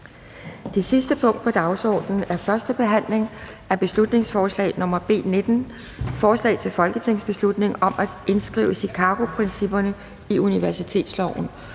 Det sidste punkt på dagsordenen er: 19) 1. behandling af beslutningsforslag nr. B 19: Forslag til folketingsbeslutning om at indskrive Chicagoprincipperne i universitetsloven.